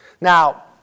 Now